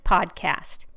Podcast